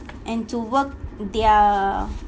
and to work their